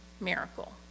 miracle